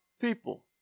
people